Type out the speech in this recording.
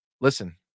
Listen